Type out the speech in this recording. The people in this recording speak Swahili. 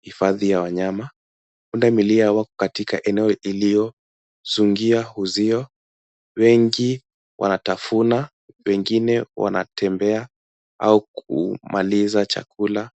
hifadhi ya wanyama. Pundamilia wako katika eneo iliyosungia uzio. Wengi wanatafuna, wengine wanatembea au kumaliza chakula.